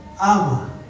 ama